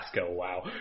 wow